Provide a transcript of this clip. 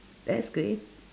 that's great